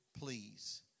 please